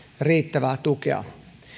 riittävää tukea